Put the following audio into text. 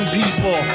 people